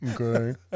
Okay